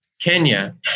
Kenya